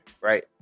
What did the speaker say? right